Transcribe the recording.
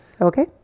Okay